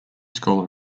school